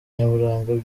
byo